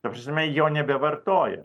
ta prasme jo nebevartoja